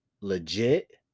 legit